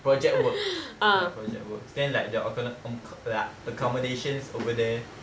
project works ya project works then like their alter~ on come eh accommodations over there